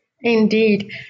Indeed